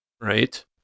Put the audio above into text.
right